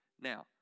Now